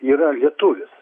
yra lietuvis